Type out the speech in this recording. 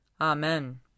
Amen